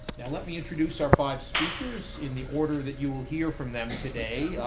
now, let me introduce our five speakers in the order that you will hear from them today,